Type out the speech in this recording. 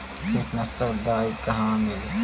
कीटनाशक दवाई कहवा मिली?